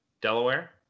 Delaware